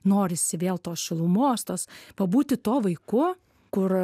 norisi vėl tos šilumos tos pabūti tuo vaiku kur